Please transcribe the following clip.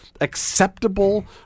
acceptable